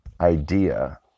idea